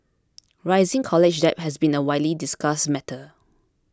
rising college debt has been a widely discussed matter